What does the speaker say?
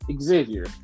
Xavier